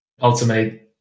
ultimately